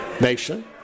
nation